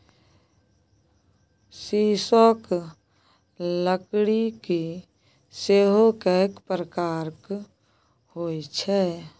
सीसोक लकड़की सेहो कैक प्रकारक होए छै